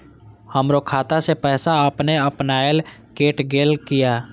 हमरो खाता से पैसा अपने अपनायल केट गेल किया?